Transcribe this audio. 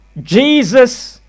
Jesus